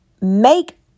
make